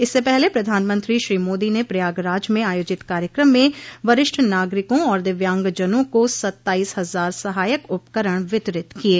इससे पहले प्रधानमंत्री श्री मोदी ने प्रयागराज में आयोजित कार्यक्रम में वरिष्ठ नागरिकों और दिव्यांगजनों को सत्ताईस हज़ार सहायक उपकरण वितरित किये